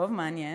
טוב, מעניין.